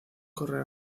corre